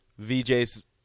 VJ's